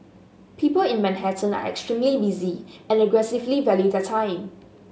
people in Manhattan are extremely busy and aggressively value their time